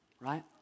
right